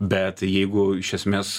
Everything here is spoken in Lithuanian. bet jeigu iš esmės